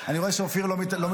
אני רואה שאופיר לא מתאפק.